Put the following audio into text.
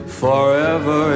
forever